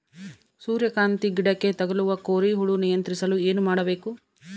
ಸೂರ್ಯಕಾಂತಿ ಗಿಡಕ್ಕೆ ತಗುಲುವ ಕೋರಿ ಹುಳು ನಿಯಂತ್ರಿಸಲು ಏನು ಮಾಡಬೇಕು?